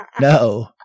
No